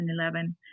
2011